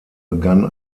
begann